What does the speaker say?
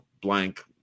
blank